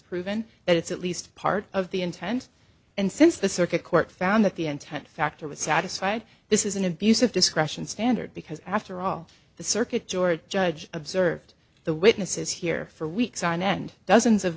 proven that it's at least part of the intent and since the circuit court found that the intent factor was satisfied this is an abuse of discretion standard because after all the circuit jord judge observed the witnesses here for weeks on end dozens of